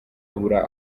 abura